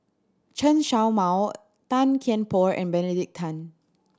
Chen Show Mao Tan Kian Por and Benedict Tan